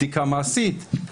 בדיקה מעשית,